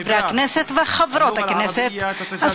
חברי הכנסת וחברות הכנסת,